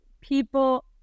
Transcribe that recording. people